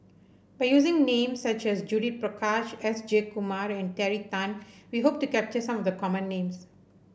by using names such as Judith Prakash S Jayakumar and Terry Tan we hope to capture some of the common names